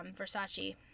Versace